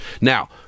Now